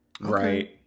Right